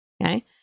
Okay